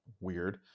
Weird